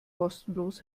kostenlos